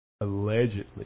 allegedly